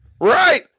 right